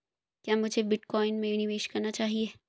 क्या मुझे बिटकॉइन में निवेश करना चाहिए?